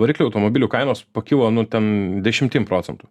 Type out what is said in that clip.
variklių automobilių kainos pakilo nu ten dešimtim procentų